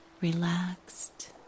relaxed